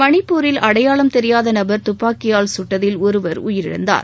மணிப்பூரில் அடையாளம் தெரியாத நபர் துப்பாக்கியால் சுட்டதில் ஒருவர் உயிரிழந்தார்